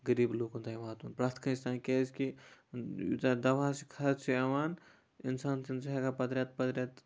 غریٖب لُکَن تام واتُن پرٛٮ۪تھ کٲنسہِ تام کیازِ کہِ زیادٕ دَوہَس چھُ خرچہِ یِوان اِنسان چھُنہٕ سُہ ہٮ۪کان پَتہٕ رٮ۪تہٕ پَتہٕ رٮ۪تہٕ